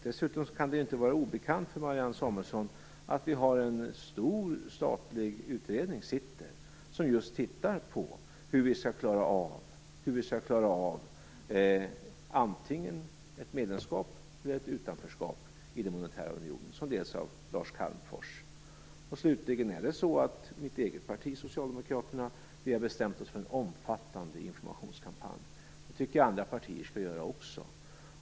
Dessutom kan det inte vara obekant för Marianne Samuelsson att det just nu sitter en stor statlig utredning som tittar på hur vi skall klara av antingen ett medlemskap eller ett utanförskap i den monetära unionen. Utredningen leds av Lars Calmfors. Slutligen är det så att vi inom mitt eget parti, Socialdemokraterna, har bestämt oss för en omfattande informationskampanj. Det tycker jag att andra partier skall göra också.